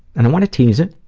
and i want to tease it,